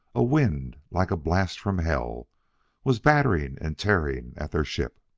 a wind like a blast from hell was battering and tearing at their ship.